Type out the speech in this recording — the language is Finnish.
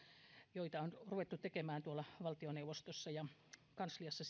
joita on ruvettu tekemään tuolla valtioneuvostossa ja sen kansliassa